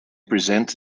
present